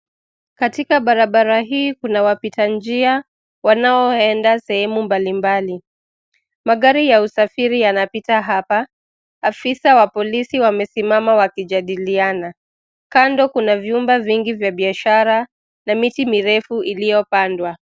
Katika barabara hii kuna wapita njia wanaoenda sehemu mbali mbali, magari ya usafiri yanapita hapa. Afisa wa polisi wamesimama wakijadiliana, kando kuna vyumba vingi vya biashara na miti mirefu iliyopandwa.